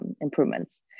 improvements